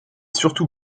surtout